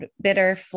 bitter